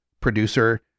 producer